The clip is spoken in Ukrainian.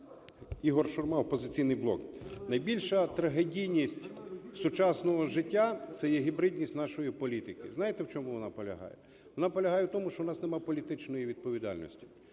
Ігор Шурма, "Опозиційний блок". Найбільша трагедійність сучасного життя – це є гібридність нашої політики. Знаєте, в чому вона полягає? Вона полягає в тому, що у нас немає політичної відповідальності.